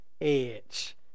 edge